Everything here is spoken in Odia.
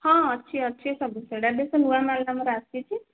ହଁ ଅଛି ଅଛି ସବୁ ସେଇଟା ବି ସବୁ ନୂଆ ମାଲ୍ ଆମର ଆସିଛି